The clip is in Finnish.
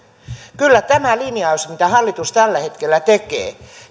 kyllä tämä linjaus mitä hallitus tällä hetkellä tekee